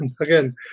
Again